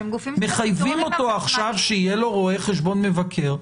מחייבים אותו עכשיו שיהיה לו רואה חשבון מבקר?